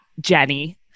jenny